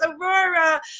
Aurora